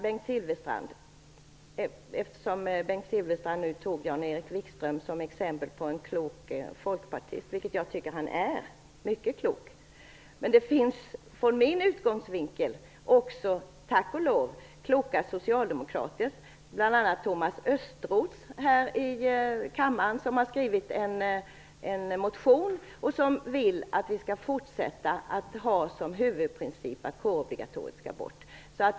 Bengt Silfverstrand tog Jan-Erik Wikström som exempel på en klok folkpartist. Jag tycker också att Jan-Erik Wikström är mycket klok. Men det finns från min synvinkel, tack och lov, också kloka socialdemokrater, bl.a. Thomas Östros här i kammaren, som har skrivit en motion i vilken han vill att vi skall fortsätta att ha som huvudprincip att kårobligatoriet skall bort.